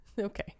Okay